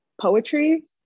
poetry